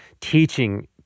teaching